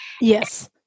Yes